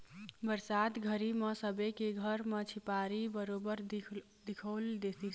बरसात घरी म सबे के घर म झिपारी बरोबर दिखउल देतिस